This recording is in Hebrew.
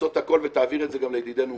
לעשות הכול, ותעביר את זה גם לידידנו מיקי,